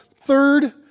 Third